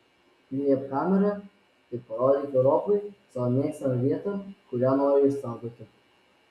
griebk kamerą ir parodyk europai savo mėgstamą vietą kurią nori išsaugoti